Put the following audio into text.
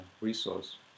resource